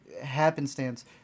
happenstance